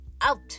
out